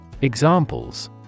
Examples